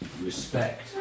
respect